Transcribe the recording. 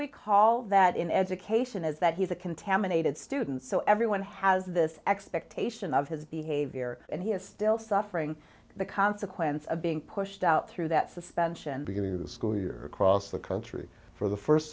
we call that in education is that he's a contaminated student so everyone has this expectation of his behavior and he is still suffering the consequence of being pushed out through that suspension beginning of the school year across the country for the first